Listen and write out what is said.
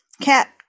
cat